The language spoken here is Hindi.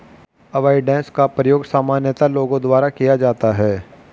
अवॉइडेंस का प्रयोग सामान्यतः लोगों द्वारा किया जाता है